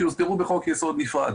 שיוסדרו בחוק יסוד נפרד.